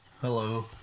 Hello